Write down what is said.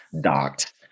docked